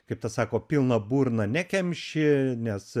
kaip tas sako pilną burną nekemši nes